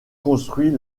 construit